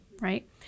right